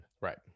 Right